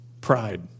pride